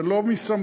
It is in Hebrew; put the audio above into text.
זה לא בסמכותי.